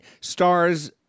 stars